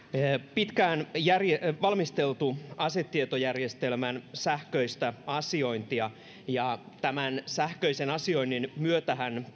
pitkään valmisteltu asetietojärjestelmän sähköistä asiointia odottakaa hetki ja tämän sähköisen asioinnin myötähän